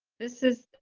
this is.